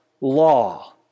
Law